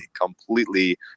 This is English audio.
completely